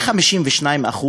כ-52%,